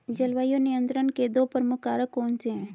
जलवायु नियंत्रण के दो प्रमुख कारक कौन से हैं?